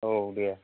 औ दे